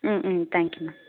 ம் ம் thank you ma'am